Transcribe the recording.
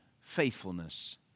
faithfulness